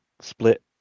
split